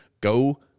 go